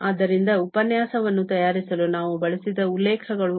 ಆದ್ದರಿಂದ ಉಪನ್ಯಾಸವನ್ನು ತಯಾರಿಸಲು ನಾವು ಬಳಸಿದ ಉಲ್ಲೇಖಗಳು ಇವು